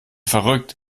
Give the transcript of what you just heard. verrückt